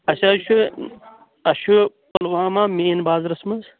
اَسہِ حظ چھُ اَسہِ چھُ پُلوامہ مین بازرَس منٛز